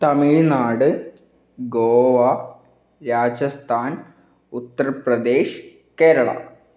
Tamil Nadu Goa Rajasthan Uttar Pradesh Keralam